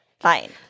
Fine